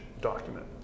document